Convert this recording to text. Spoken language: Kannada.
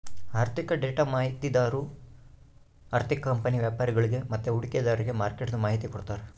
ಆಋಥಿಕ ಡೇಟಾ ಮಾಹಿತಿದಾರು ಆರ್ಥಿಕ ಕಂಪನಿ ವ್ಯಾಪರಿಗುಳ್ಗೆ ಮತ್ತೆ ಹೂಡಿಕೆದಾರ್ರಿಗೆ ಮಾರ್ಕೆಟ್ದು ಮಾಹಿತಿ ಕೊಡ್ತಾರ